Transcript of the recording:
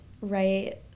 right